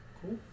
Cool